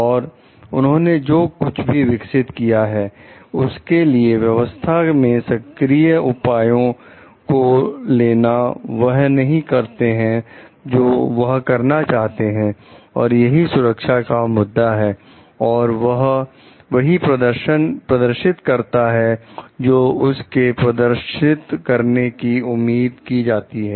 और उन्होंने जो कुछ भी विकसित किया है उसके लिए व्यवस्था में सक्रिय उपायों को लेना वह नहीं करता है जो वह करना चाहते हैं और यही सुरक्षा का मुद्दा है और वह वही प्रदर्शित करता है जो उस से प्रदर्शित करने की उम्मीद की जाती है